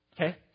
Okay